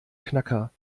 knacker